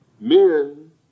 Men